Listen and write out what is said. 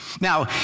Now